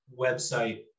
website